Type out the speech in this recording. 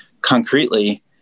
concretely